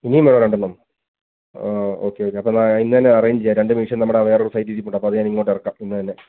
ഇനിയും വേണോ രണ്ടെണ്ണം ഓക്കെ ഓക്കെ അപ്പോൾ എന്നാൽ ഇന്ന് തന്നെ അറേഞ്ച് ചെയ്യാം രണ്ട് മെഷിൻ നമ്മുടെ വേറെ ഒരു സൈറ്റിൽ ഇരിപ്പുണ്ട് അപ്പോൾ അത് ഞാൻ ഇങ്ങോട്ട് ഇറക്കാം ഇന്ന് തന്നെ